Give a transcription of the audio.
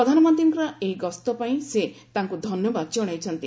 ପ୍ରଧାନମନ୍ତ୍ରୀଙ୍କର ଏହି ଗସ୍ତ ପାଇଁ ସେ ତାଙ୍କ ଧନ୍ୟବାଦ ଜଣାଇଛନ୍ତି